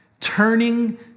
Turning